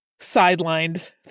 sidelined